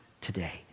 today